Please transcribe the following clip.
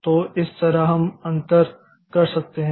तो इस तरह हम अंतर कर सकते हैं